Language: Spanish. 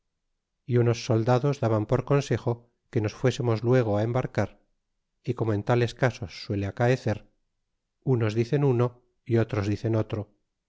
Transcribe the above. y unos soldados daban por consejo que nos fuesemos luego embarcar y como en tales casos suele acaecer unos dicen uno y otros dicen otro